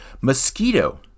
mosquito